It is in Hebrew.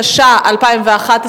התשע"א 2011,